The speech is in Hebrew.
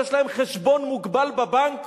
יש להם חשבון מוגבל בבנק?